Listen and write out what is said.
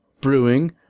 Brewing